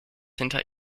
hinter